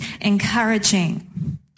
encouraging